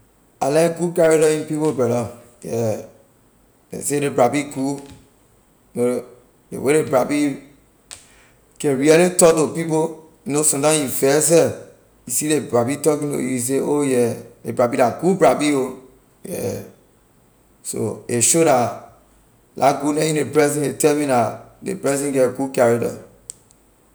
I like good character in people brother yeah ley say ley brabee good brother ley way ley brabee can really talk to people know some time you vex seh you see ley brabee talking to you, you say oh yeah ley brabee la good brabee ho yeah so a show la la goodness in ley person a tell me la ley person get good character.